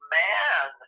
man